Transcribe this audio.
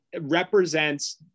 represents